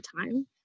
time